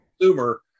consumer